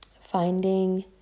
Finding